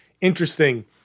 interesting